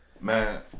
Man